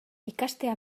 ikastea